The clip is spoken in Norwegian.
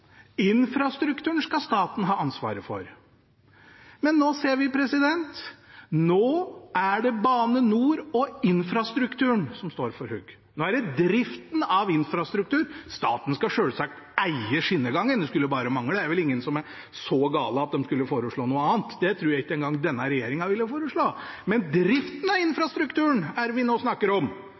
Infrastrukturen skal staten ha ansvaret for. Men nå ser vi at det er Bane NOR og infrastrukturen som står for hugg – nå er det driften av infrastruktur. Staten skal selvsagt eie skinnegangen, det skulle bare mangle – det er vel ingen som er så gale at de ville foreslått noe annet, det tror jeg ikke engang denne regjeringen ville foreslått. Men driften av infrastrukturen er det vi snakker om,